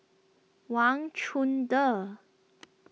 Wang Chunde